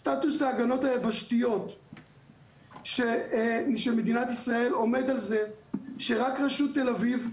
סטטוס ההגנות היבשתיות של מדינת ישראל עומד על זה שרק רשות תל אביב,